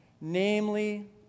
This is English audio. namely